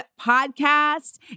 Podcast